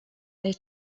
they